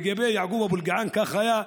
לגבי יעקוב אבו אלקיעאן כך היה,